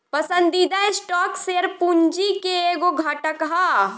पसंदीदा stock share पूंजी के एगो घटक ह